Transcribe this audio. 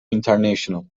international